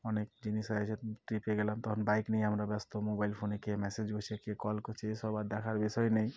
অনেক জিনিস আছে ট্রিপে গেলাম তখন বাইক নিয়ে আমরা ব্যস্ত মোবাইল ফোনে কে মেসেজ করছে কে কল করছে এসব আর দেখার বিষয় নেই